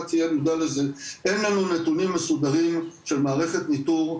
תהיה מודע לזה - אין לנו נתונים מסודרים של מערכת ניטור,